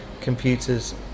computers